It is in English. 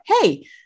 hey